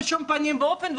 בשום פנים ואופן,